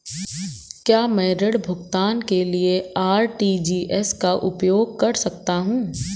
क्या मैं ऋण भुगतान के लिए आर.टी.जी.एस का उपयोग कर सकता हूँ?